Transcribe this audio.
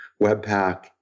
Webpack